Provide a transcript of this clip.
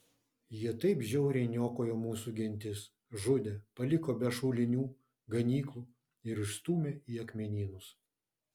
jie taip pat žiauriai niokojo mūsų gentis žudė paliko be šulinių ganyklų ir išstūmė į akmenynus